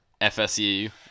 FSU